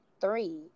three